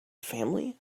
family